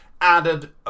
added